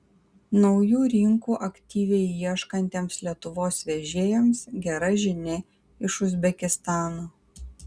naujų rinkų aktyviai ieškantiems lietuvos vežėjams gera žinia iš uzbekistano